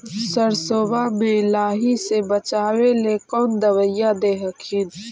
सरसोबा मे लाहि से बाचबे ले कौन दबइया दे हखिन?